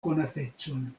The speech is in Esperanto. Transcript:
konatecon